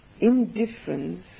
Indifference